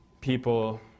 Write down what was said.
people